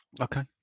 Okay